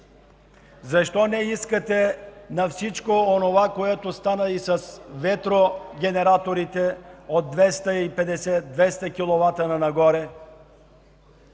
Защо не искате на всичко онова, което стана с ветрогенераторите: от 250 – 200 киловата нагоре?